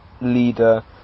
leader